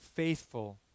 faithful